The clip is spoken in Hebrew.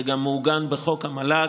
זה גם מעוגן בחוק המל"ג,